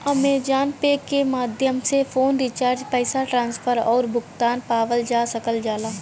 Amazon pay के माध्यम से फ़ोन रिचार्ज पैसा ट्रांसफर आउर भुगतान पावल जा सकल जाला